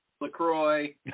LaCroix